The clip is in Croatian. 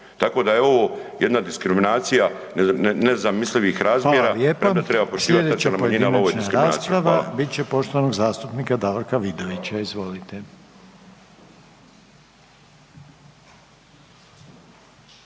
ali ovo je diskriminacija. **Reiner, Željko (HDZ)** Hvala lijepa. Slijedeća pojedinačna rasprava bit će poštovanog zastupnika Davorka Vidovića. Izvolite.